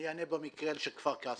אענה במקרה של כפר קאסם,